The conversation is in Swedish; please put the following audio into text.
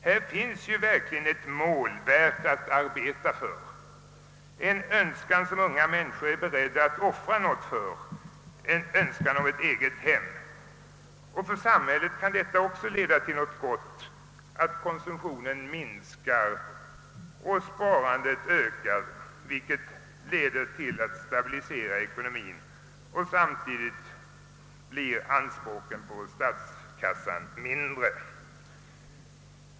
Här finns verkligen ett mål värt att arbeta för, en önskan som unga människor är beredda att offra något för: en önskan om ett eget hem. För samhället kan det också leda till något gott att konsumtionen minskar och sparandet ökar, eftersom detta medför en stabilisering av ekonomien. Samtidigt blir även anspråken på statskassan mindre.